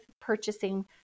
purchasing